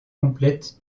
complète